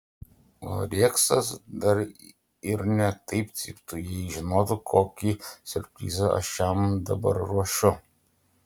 o reksas dar ir ne taip cyptų jei žinotų kokį siurprizą aš jam dabar ruošiu